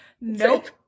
Nope